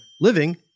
living